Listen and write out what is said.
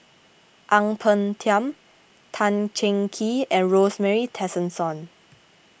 Ang Peng Tiam Tan Cheng Kee and Rosemary Tessensohn